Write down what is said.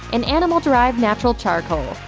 an animal-derived natural charcoal.